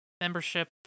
membership